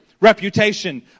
reputation